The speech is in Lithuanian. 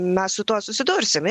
mes su tuo susidursim